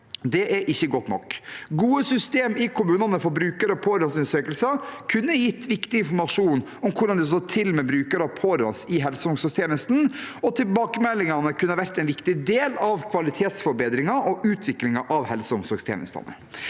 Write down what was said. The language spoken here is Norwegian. Det er ikke godt nok. Gode system i kommunene for bruker- og pårørendeundersøkelser kunne gitt viktig informasjon om hvordan det står til med brukere og pårørende i helseog omsorgstjenesten, og tilbakemeldingene kunne ha vært en viktig del av kvalitetsforbedringen og utviklingen av helse- og omsorgstjenestene.